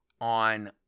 on